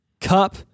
Cup